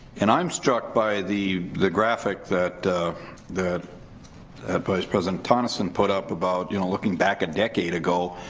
and i'm struck by the the graphic that that that but president tonnison put up about you know looking back a decade ago,